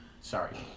Sorry